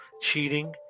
cheating